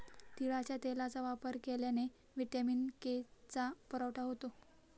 तिळाच्या तेलाचा वापर केल्याने व्हिटॅमिन के चा पुरवठा होतो